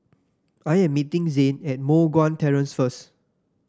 I am meeting Zane at Moh Guan Terrace first